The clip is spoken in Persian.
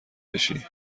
بشی